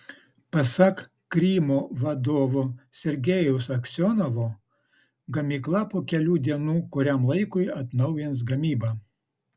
pasak krymo vadovo sergejaus aksionovo gamykla po kelių dienų kuriam laikui atnaujins gamybą